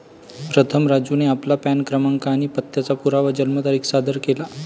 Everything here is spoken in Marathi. प्रथम राजूने आपला पॅन क्रमांक आणि पत्त्याचा पुरावा जन्मतारीख सादर केला